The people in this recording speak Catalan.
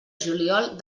juliol